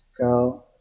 go